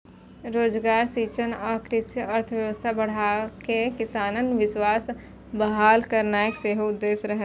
रोजगार सृजन आ कृषि अर्थव्यवस्था बढ़ाके किसानक विश्वास बहाल करनाय सेहो उद्देश्य रहै